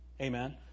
Amen